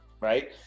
right